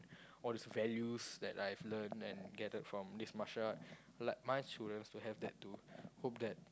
all these values that I have learn and gathered from this martial arts like my children would have that too hope that